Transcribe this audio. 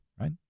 right